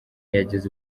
yageze